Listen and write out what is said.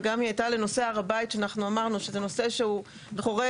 וגם היא הייתה לנושא הר הבית שאנחנו אמרנו שהוא נושא שהוא חורג,